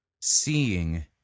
seeing